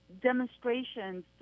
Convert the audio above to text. demonstrations